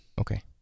Okay